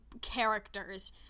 characters